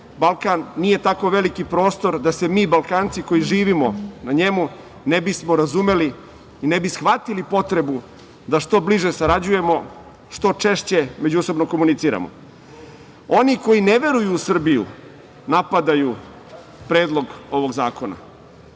Balkan nije tako veliki prostor da se mi Balkanci koji živimo na njemu ne bismo razumeli i ne bi shvatili potrebu da što bliže sarađujemo, što češće međusobno komuniciramo. Oni koji ne veruju u Srbiju napadaju Predlog ovog zakona.